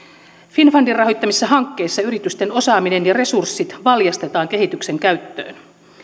finnfundin rahoittamissa hankkeissa yritysten osaaminen ja resurssit valjastetaan kehityksen käyttöön